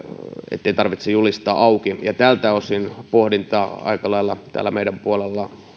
ettei niitä tarvitse julistaa auki tältä osin pohdinta aika lailla täällä meidän puolella